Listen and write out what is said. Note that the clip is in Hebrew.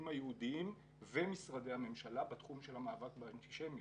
היהודיים ומשרדי הממשלה בתחום של המאבק באנטישמיות.